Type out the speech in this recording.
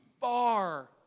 Far